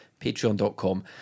patreon.com